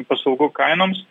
paslaugų kainoms